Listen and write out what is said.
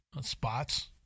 Spots